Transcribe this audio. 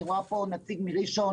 אני רואה כאן נציג מראשון.